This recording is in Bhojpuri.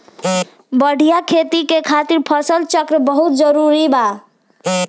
बढ़िया खेती खातिर फसल चक्र बहुत जरुरी बा